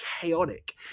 chaotic